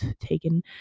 taken